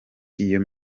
iyo